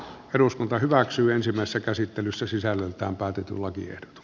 eduskunta hyväksyy ensimmäistä käsittelyssä sisällöltään taitetulla kierto